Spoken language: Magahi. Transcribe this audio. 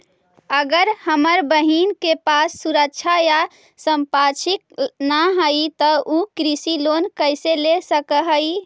अगर हमर बहिन के पास सुरक्षा या संपार्श्विक ना हई त उ कृषि लोन कईसे ले सक हई?